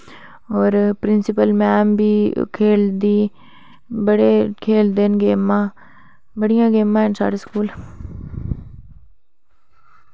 होर principal ma'am बी खेल्लदी बड़े खेल्लदे न गेमां बड़ियां गेमां हैन साढ़े स्कूल